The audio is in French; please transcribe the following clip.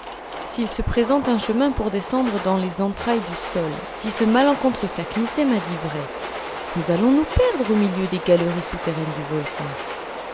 s'il se présente un chemin pour descendre dans les entrailles du sol si ce malencontreux saknussemm a dit vrai nous allons nous perdre au milieu des galeries souterraines du volcan